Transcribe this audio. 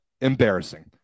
Embarrassing